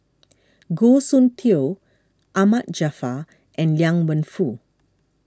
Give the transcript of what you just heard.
Goh Soon Tioe Ahmad Jaafar and Liang Wenfu